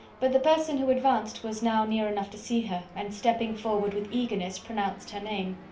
but the person who advanced was now near enough to see her, and stepping forward with eagerness, pronounced her name.